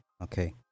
Okay